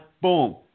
Boom